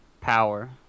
Power